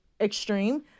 extreme